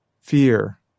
fear